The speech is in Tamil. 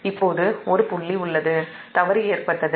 இப்போது ஒரு தவறு புள்ளி ஏற்பட்டது